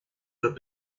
that